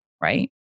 right